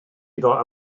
iddo